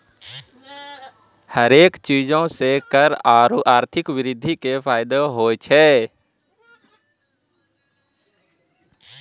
हरेक चीजो से कर आरु आर्थिक वृद्धि के फायदो होय छै